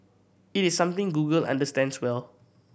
it is something Google understands well